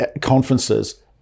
conferences